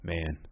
Man